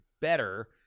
better